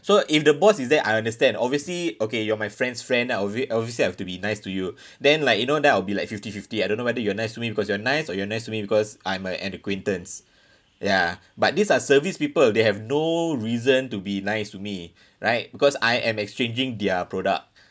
so if the boss is there I understand obviously okay you're my friend's friend I obvi~ obviously I have to be nice to you then like you know then I'll be like fifty fifty I don't know whether you're nice to me because you're nice or you're nice to me because I'm uh an acquaintance ya but this are service people they have no reason to be nice to me right because I am exchanging their product